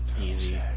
Easy